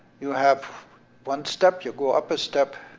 you have one step, you go up a step,